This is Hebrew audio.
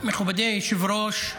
מכובדי היושב-ראש,